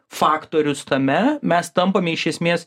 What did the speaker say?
faktorius tame mes tampame iš esmės